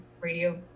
radio